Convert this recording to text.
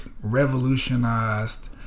revolutionized